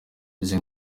izi